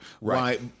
right